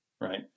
right